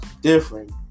different